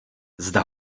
zda